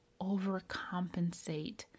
overcompensate